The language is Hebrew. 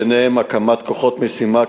וביניהן הקמת כוחות משימה,